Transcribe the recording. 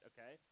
Okay